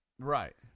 Right